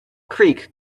creek